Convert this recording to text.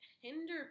hinder